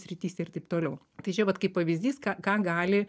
srityse ir taip toliau tai čia vat kaip pavyzdys ką ką gali